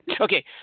Okay